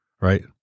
right